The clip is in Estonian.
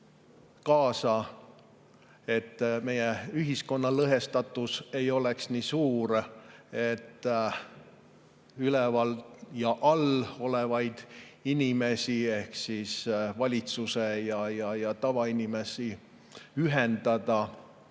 kaasa, et meie ühiskonna lõhestatus ei oleks nii suur ja saaks üleval ja all olevaid inimesi ehk siis valitsust ja tavainimesi ühendada.